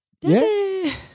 Daddy